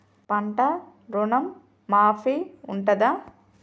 పంట ఋణం మాఫీ ఉంటదా?